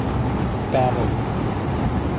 ᱛᱟᱨᱳ